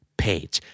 page